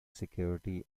security